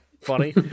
funny